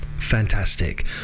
Fantastic